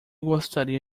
gostaria